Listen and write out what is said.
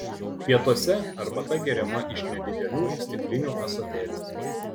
pietuose arbata geriama iš nedidelių stiklinių ąsotėlių